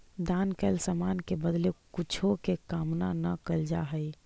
दान कैल समान के बदले कुछो के कामना न कैल जा हई